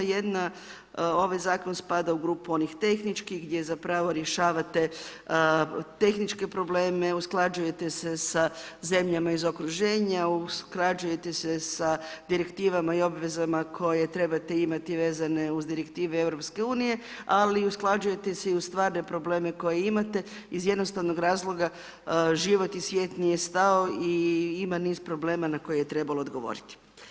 Jedna, ovaj zakon spada u onu grupu tehničkih gdje zapravo rješavate tehničke probleme, usklađujete se s zemljama iz okruženja, usklađujete se s direktivama i obvezama koje trebate imati vezane uz direktive EU, ali usklađujete se i uz stvarne probleme koje imate, iz jednostavnog razloga, život i svijet nije stao i ima niz problema na koje je trebalo odgovoriti.